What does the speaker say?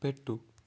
పెట్టు